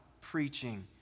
preaching